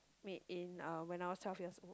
made in uh when I was twelve years old